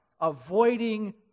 avoiding